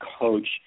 coach